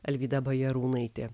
alvyda bajarūnaitė